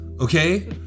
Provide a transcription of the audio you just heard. okay